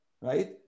Right